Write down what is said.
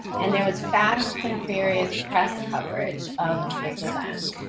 and there was fast and furious press coverage of this event.